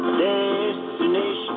destination